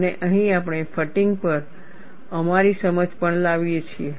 અને અહીં આપણે ફટીગ પર અમારી સમજ પણ લાવીએ છીએ